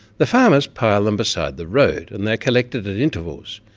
the farmers pile them beside the road and they are collected at intervals,